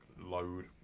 load